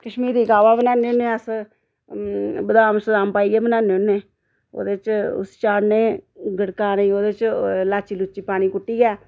कश्मीरी काह्वा बनाने होन्ने अस बदाम सदाम पाइयै बनाने होन्ने ओह्दे च उसी चाढ़ने गड़काने च ओह्दे च लाची लुची पानी कुट्टियै